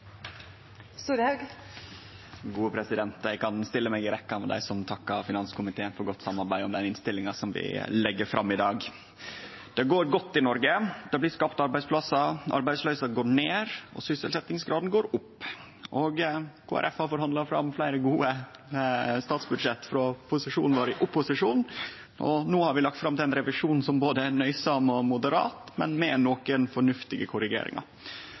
godt i Noreg. Det blir skapt arbeidsplassar, arbeidsløysa går ned, og sysselsettingsgraden går opp. Kristeleg Folkeparti har forhandla fram fleire gode statsbudsjett frå posisjonen vår i opposisjon, og no har vi lagt fram ein revisjon som er både nøysam og moderat, men med nokre fornuftige korrigeringar.